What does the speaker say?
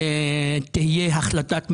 שתהיה החלטת ממשלה,